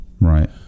Right